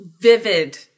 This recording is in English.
vivid